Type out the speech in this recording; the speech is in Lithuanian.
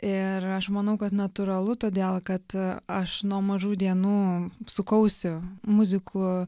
ir aš manau kad natūralu todėl kad aš nuo mažų dienų sukausi muzikų